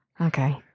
Okay